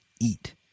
eat